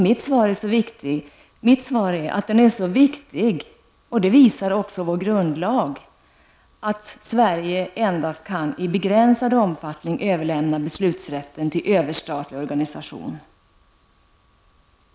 Mitt svar blir: Den är så viktig -- och det visar också vår grundlag -- att Sverige endast i begränsad omfattning kan överlämna beslutsrätten till en överstatlig organisation.